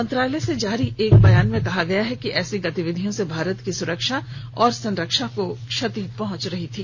मंत्रालय से जारी एक बयान में कहा गया है कि ऐसी गतिविधियों से भारत की सुरक्षा और संरक्षा को क्षति पहुंच रही थी